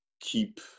keep